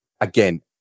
Again